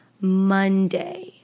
Monday